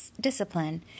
discipline